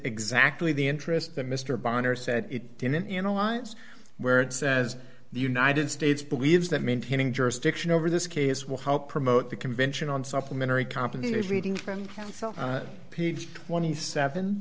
exactly the interest that mr barnard said it didn't in alliance where it says the united states believes that maintaining jurisdiction over this case will help promote the convention on supplementary complicated reading from page twenty seven